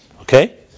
Okay